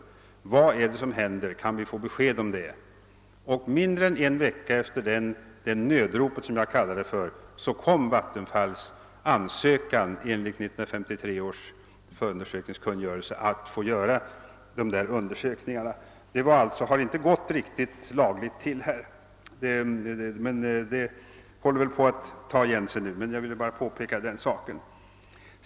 Vad är det som händer? Kan vi få besked om det? Mindre än en vecka efter detta nödrop, som jag kallade det, kom Vattenfalls ansökan enligt 1953 års förundersökningskungörelse att få göra dessa undersökningar. Det har alltså inte gått riktigt lagligt till, men det håller man väl på att rätta till nu. Jag har emellertid velat påpeka den saken.